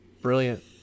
brilliant